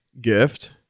gift